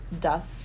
dust